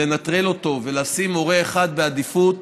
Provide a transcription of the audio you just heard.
לנטרל אותו ולשים הורה אחד בעדיפות